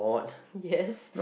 yes